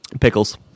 Pickles